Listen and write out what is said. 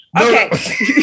Okay